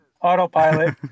Autopilot